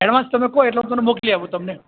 advance તમે કહો એટલે હું તમને મોકલી આપું તમને